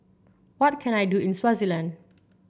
what can I do in Swaziland